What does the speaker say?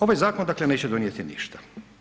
Ovaj zakon dakle neće donijeti ništa.